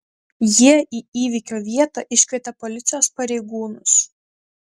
jie į įvykio vietą iškvietė policijos pareigūnus